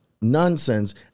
nonsense